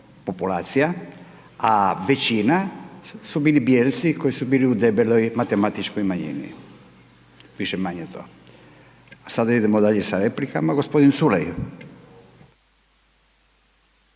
populacija a većina su bili bijelci koji su bili u debeloj matematičkoj manjini. Više-manje je to. A sada idemo dalje sa replikama, g. Culej.